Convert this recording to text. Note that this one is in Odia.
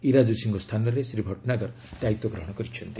ଇରା ଯୋଶୀଙ୍କ ସ୍ଥାନରେ ଶ୍ରୀ ଭଟ୍ଟନାଗର ଦାୟିତ୍ୱ ଗ୍ରହଣ କରିଛନ୍ତି